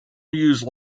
use